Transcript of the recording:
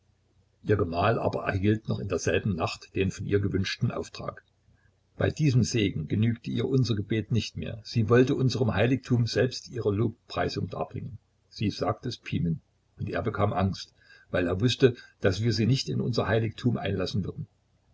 ihr gemahl aber erhielt noch in derselben nacht den von ihr gewünschten auftrag bei diesem segen genügte ihr aber unser gebet nicht mehr und sie wollte unbedingt selber unserem heiligtum ihre lobpreisung darbringen sie sagte es pimen und er bekam angst weil er wußte daß wir sie nicht in unser heiligtum einlassen würden